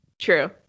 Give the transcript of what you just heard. True